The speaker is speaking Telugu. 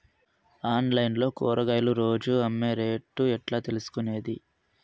ఆన్లైన్ లో కూరగాయలు రోజు అమ్మే రేటు ఎట్లా తెలుసుకొనేది?